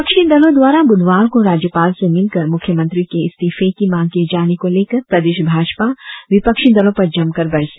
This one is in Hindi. विपक्षी दलों द्वारा ब्रधवार को राज्यपाल से मिलकर मुख्यमंत्री के इस्तीफे की मांग किए जाने को लेकर प्रदेश भाजपा विपक्षी दलों पर जमकर बरसे